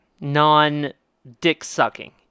non-dick-sucking